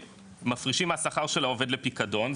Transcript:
מפרישים מהשכר של העובד לפיקדון,